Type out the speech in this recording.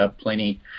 plenty